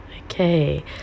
Okay